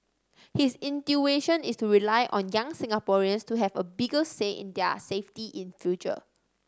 his intuition is to rely on young Singaporeans to have a bigger say in their safety in future